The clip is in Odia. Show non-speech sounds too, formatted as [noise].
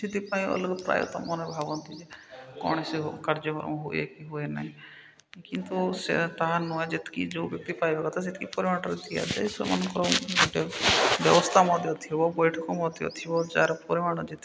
ସେଥିପାଇଁ [unintelligible] ପ୍ରାୟତଃ ମନ ଭାବନ୍ତି ଯେ କୌଣସି କାର୍ଯ୍ୟକ୍ରମ ହୁଏ କି ହୁଏ ନାହିଁ କିନ୍ତୁ ସେ ତାହା ନୁଆଁ ଯେତିକି ଯୋଉ ବ୍ୟକ୍ତି ପାଇବା କଥା ସେତିକି ପରିମାଣରେ ଦିଆଯାଏ ସେମାନଙ୍କର ଗୋଟେ ବ୍ୟବସ୍ଥା ମଧ୍ୟ ଥିବ ବୈଠିକ ମଧ୍ୟ ଥିବ ଯାହାର ପରିମାଣ ଯେତିକି